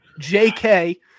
JK